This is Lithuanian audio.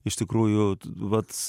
iš tikrųjų vat